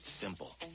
simple